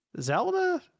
Zelda